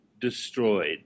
destroyed